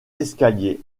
escalier